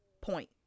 point